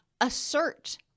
Assert